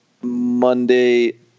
Monday